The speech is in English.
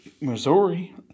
Missouri